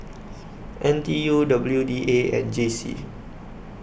N T U W D A and J C